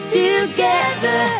together